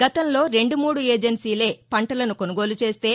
గతంలో రెండు మూడు ఏజెన్సీలే పంటలను కొనుగోలు చేస్తే